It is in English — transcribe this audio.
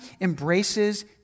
embraces